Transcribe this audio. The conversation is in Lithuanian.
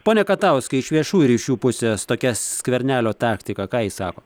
pone katauskai iš viešųjų ryšių pusės tokia skvernelio taktika ką jis sako